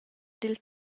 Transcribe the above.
dil